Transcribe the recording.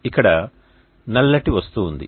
ఇక్కడ నల్లటి వస్తువు ఉంది